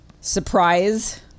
surprise